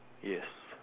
yes